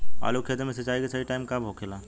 आलू के खेती मे सिंचाई के सही टाइम कब होखे ला?